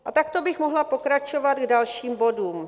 A takto bych mohla pokračovat k dalším bodům.